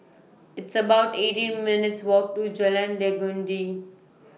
It's about eighteen minutes' Walk to Jalan Legundi